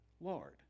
Lord